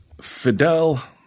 fidel